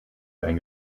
ein